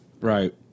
right